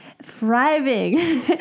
Thriving